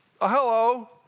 Hello